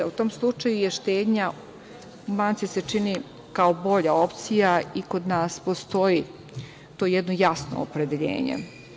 U tom slučaju se štednja u banci čini kao bolja opcija i kod nas postoji to jedno jasno opredeljenje.